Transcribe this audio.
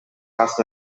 cast